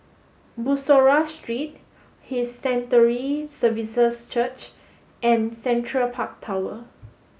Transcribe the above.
Bussorah Street His Sanctuary Services Church and Central Park Tower